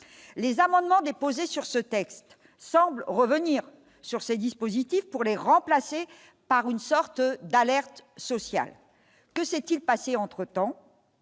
les amendements déposés sur ce texte semble revenir sur ces dispositifs pour les remplacer par une sorte d'alerte sociale que s'est-il passé entre-temps.